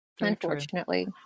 unfortunately